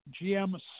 GM